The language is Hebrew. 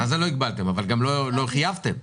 אבל גם לא חייבתם.